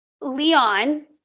leon